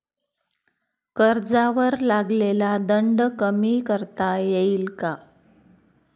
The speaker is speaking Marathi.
कर्जावर लागलेला दंड कमी करता येईल का?